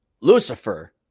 Lucifer